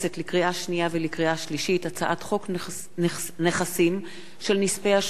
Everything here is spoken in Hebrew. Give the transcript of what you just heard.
לקריאה שנייה ולקריאה שלישית: הצעת חוק נכסים של נספי השואה